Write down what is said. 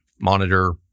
monitor